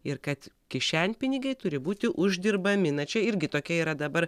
ir kad kišenpinigiai turi būti uždirbami na čia irgi tokia yra dabar